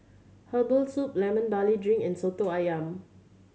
herbal soup Lemon Barley Drink and Soto Ayam